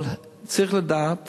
אבל צריך לדעת